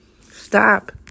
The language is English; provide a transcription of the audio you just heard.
Stop